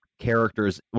characters